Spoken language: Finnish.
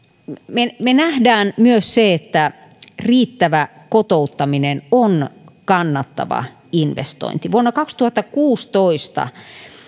me me näemme myös sen että riittävä kotouttaminen on kannattava investointi vuonna kaksituhattakuusitoista